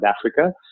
Africa